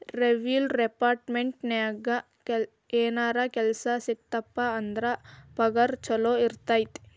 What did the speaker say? revenue ಡೆಪಾರ್ಟ್ಮೆಂಟ್ನ್ಯಾಗ ಏನರ ಕೆಲ್ಸ ಸಿಕ್ತಪ ಅಂದ್ರ ಪಗಾರ ಚೊಲೋ ಇರತೈತಿ